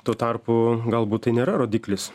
tuo tarpu galbūt tai nėra rodiklis